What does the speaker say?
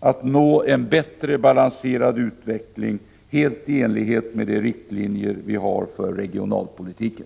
att nå en bättre balanserad utveckling helt i enlighet med de riktlinjer vi har för regionalpolitiken.